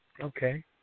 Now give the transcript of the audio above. Okay